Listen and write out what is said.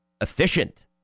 Efficient